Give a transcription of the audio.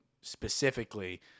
specifically